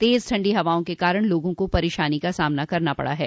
तेज ठंडी हवाओं के कारण लोगों को परेशानी का सामना करना पड़ रहा है